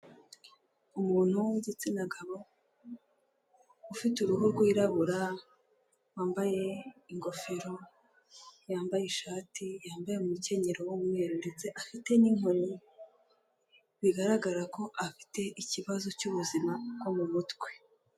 Umuntu w'igitsina gabo, ufite uruhu rwirabura, wambaye ingofero, yambaye ishati, yambaye umukenyero w'umweru ndetse afite n'inkoni. Bigaragara ko afite ikibazo cy'ubuzima bwo mu mutwe.